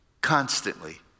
Constantly